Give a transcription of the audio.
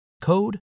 code